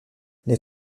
les